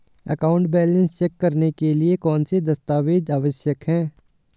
Account balance check करने के लिए कौनसे दस्तावेज़ आवश्यक हैं?